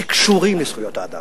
שקשורים בזכויות האדם.